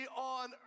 on